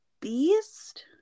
Beast